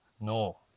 No